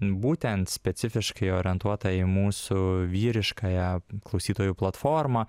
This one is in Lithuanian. būtent specifiškai orientuota į mūsų vyriškąją klausytojų platformą